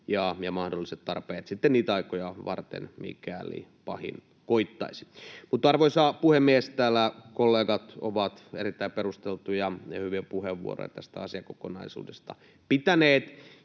ja mahdolliset tarpeet sitten niitä aikoja varten, mikäli pahin koittaisi. Mutta, arvoisa puhemies, täällä kollegat ovat erittäin perusteltuja ja hyviä puheenvuoroja tästä asiakokonaisuudesta pitäneet.